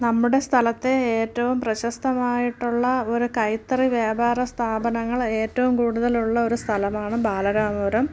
നമ്മുടെ സ്ഥലത്തെ ഏറ്റവും പ്രശസ്തമായിട്ടുള്ള ഒരു കൈത്തറി വ്യാപാരസ്ഥാപനങ്ങൾ ഏറ്റവും കൂടുതലുള്ള ഒരു സ്ഥലമാണ് ബാലരാമപുരം